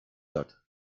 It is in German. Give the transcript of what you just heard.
platt